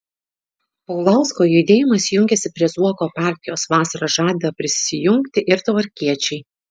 paulausko judėjimas jungiasi prie zuoko partijos vasarą žada prisijungti ir tvarkiečiai